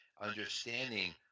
understanding